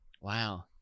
Wow